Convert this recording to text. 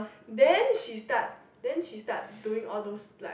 then she start then she start doing all those like